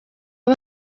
aba